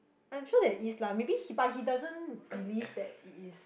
I'm sure there is lah maybe he but he doesn't believe that it is